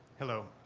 hello,